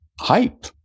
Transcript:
hype